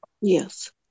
yes